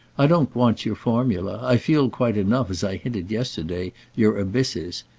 i don't want your formula i feel quite enough, as i hinted yesterday, your abysses.